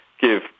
give